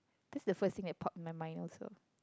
that's the first thing that pop in my mind also